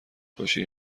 باشی